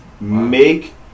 Make